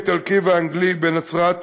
האיטלקי והאנגלי בנצרת,